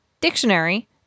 dictionary